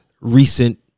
recent